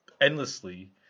endlessly